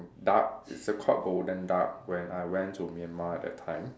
duck it's called golden duck when I went to Myanmar that time